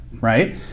right